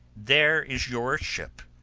there is your ship!